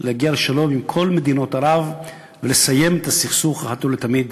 להגיע לשלום עם כל מדינות ערב ולסיים את הסכסוך אחת ולתמיד.